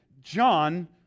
John